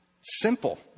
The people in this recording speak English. Simple